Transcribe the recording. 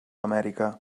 amèrica